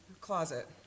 closet